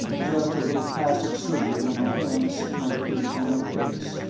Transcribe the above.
just a little plastic surgery on my hands, my feet and my face.